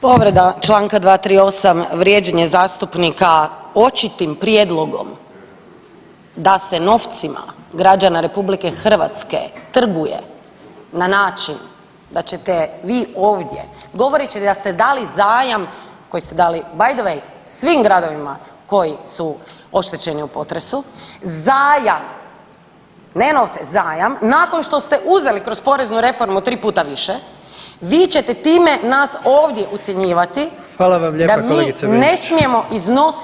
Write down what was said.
Povreda Članka 238., vrijeđanje zastupnika očitim prijedlogom da se novcima građana RH trguje na način da ćete vi ovdje govoreći da ste dali zajam koji ste dali bay the way svim gradovima koji su oštećeni u potresu, zajam, ne novce, zajam, nakon što ste uzeli kroz poreznu reformu 3 puta više, vi ćete time nas ovdje ucjenjivati da mi [[Upadica: Hvala vam lijepa kolegice Benčić.]] ne smijemo iznositi afere HDZ-a.